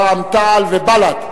רע"ם-תע"ל ובל"ד,